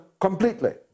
completely